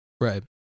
Right